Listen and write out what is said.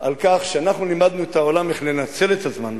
על כך שאנחנו לימדנו את העולם איך לנצל את הזמן,